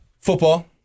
Football